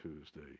Tuesday